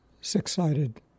six-sided